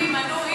קדימה, נו.